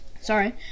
Sorry